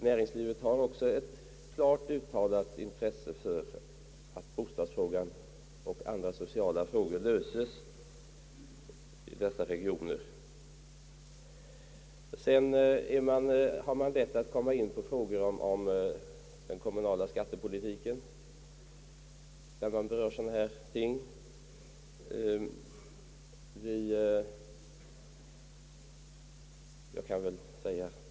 Näringslivet har också ett klart uttalat intresse av att bostadsfrågan och andra sociala frågor löses i dessa regioner. Det är lätt att komma in på frågor om den kommunala skattepolitiken när man berör sådana här ting.